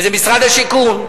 וזה משרד השיכון,